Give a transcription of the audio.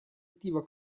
attiva